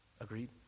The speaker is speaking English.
Agreed